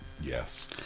Yes